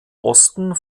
osten